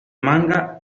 manga